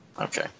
Okay